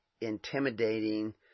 intimidating